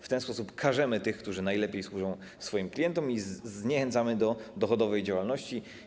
W ten sposób karzemy tych, którzy najlepiej służą swoim klientom, i zniechęcamy do dochodowej działalności.